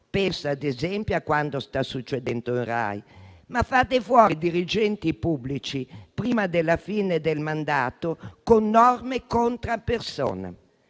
penso, ad esempio, a quanto sta succedendo in RAI - ma si fanno fuori dirigenti pubblici prima della fine del mandato con norme *contra personam*.